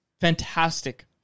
Fantastic